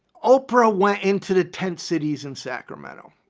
oprah went into the ten cities in sacramento.